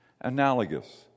analogous